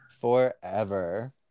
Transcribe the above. forever